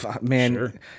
man